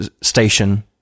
station